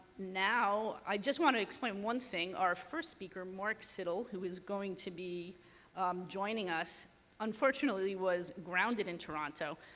now, i just want to explain one thing. our first speaker, mark siddall, who is going to be joining us unfortunately was grounded in toronto,